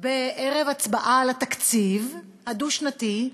בערב הצבעה על התקציב הדו-שנתי,